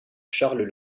charles